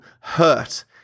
hurt